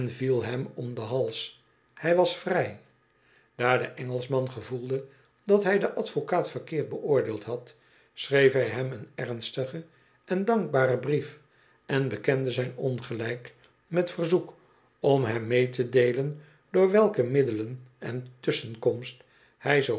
viel hem om den hals hij was vrij daar do engclschman gevoelde dat hij den advocaat verkeerd beoordeeld had schreef hij hem een ernstigen en dankbaren brief en bekende zijn ongelijk met verzoek om hem mee te deelen door welke middelen en tusschenkomst hij zoo